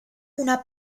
una